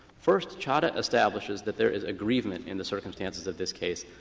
first, chadha establishes that there is aggrievement in the circumstances of this case.